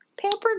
Pampered